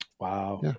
Wow